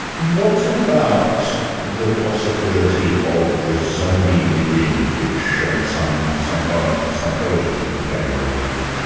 what about the possibility of the zombie within, which some some so like ah psychologists have been playing around with?